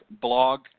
blog